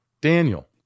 Daniel